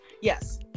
Yes